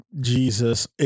Jesus